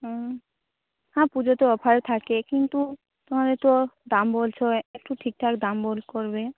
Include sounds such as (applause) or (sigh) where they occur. হুম হ্যাঁ পুজোতে অফার থাকে কিন্তু তুমি এত দাম বলছ একটু ঠিকঠাক দাম (unintelligible) করবে